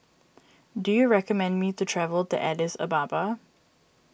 do you recommend me to travel to Addis Ababa